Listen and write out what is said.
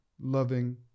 loving